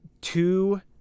Two